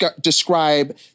describe